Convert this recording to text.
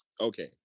okay